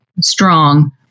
strong